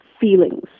feelings